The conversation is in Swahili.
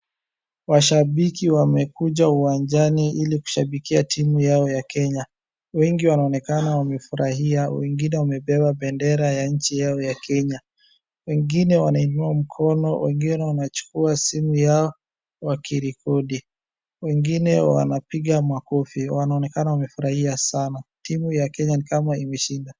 Mashabiki wamekuja uwanjani ili kushabikia timu yao ya Kenya, wengi wanaonekana wamefurahia wengine wamebeba bendera ya nchi yao ya Kenya, wengine wanainua mkono, wengine wanachukua simu yao wakirekodi, wengine wanapiga makofi wanaonekana wamefurahia sana, timu ya Kenya ni kama imeshinda.